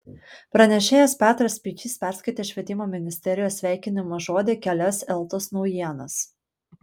pranešėjas petras speičys perskaitė švietimo ministerijos sveikinimo žodį kelias eltos naujienas